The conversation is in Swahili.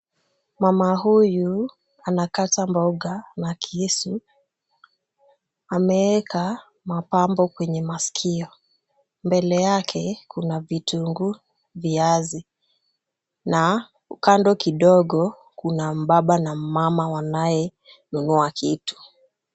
Mama huyu anakata mboga na kisu, ameeka mapambo kwenye masikio. Mbele yake kuna vitungu viazi, na kando kidogo kuna mbaba na mmama wanaye nunua kitu.